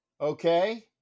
Okay